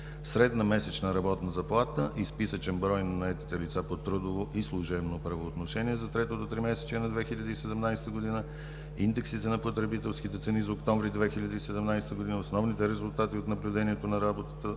средна месечна работна заплата и списъчен брой на наетите лица по трудово и служебно правоотношение за третото тримесечие на 2017 г.; индексите на потребителските цени за октомври 2017 г.; основните резултати от наблюдението на работната